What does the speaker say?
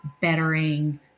bettering